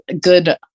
good